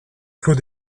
clos